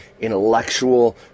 intellectual